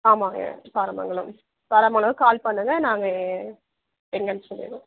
ஆமாங்க சாரமங்கலம் சாராமங்கலம் வந்து கால் பண்ணுங்க நாங்கள் எங்கேன்னு சொல்லிடுறோம்